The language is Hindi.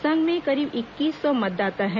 संघ में करीब इक्कीस सौ मतदाता हैं